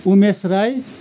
Umesh Rai